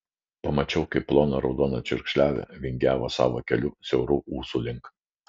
pamačiau kaip plona raudona čiurkšlelė vingiavo savo keliu siaurų ūsų link